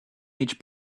each